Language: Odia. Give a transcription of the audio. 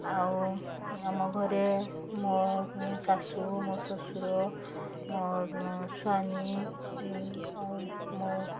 ଆଉ ଆମଘରେ ମୋ ଶାଶୁ ମୋ ଶ୍ଵଶୁର ମୋ ସ୍ଵାମୀ ଆଉ ମୋ